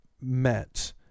met